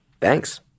Thanks